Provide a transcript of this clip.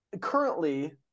Currently